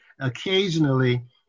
Occasionally